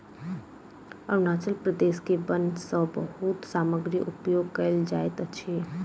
अरुणाचल प्रदेश के वन सॅ बहुत सामग्री उपयोग कयल जाइत अछि